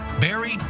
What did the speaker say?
barry